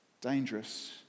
dangerous